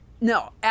No